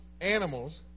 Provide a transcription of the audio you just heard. animals